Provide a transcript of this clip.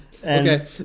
Okay